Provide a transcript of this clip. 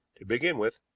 to begin with,